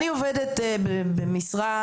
אני עובדת במשרה,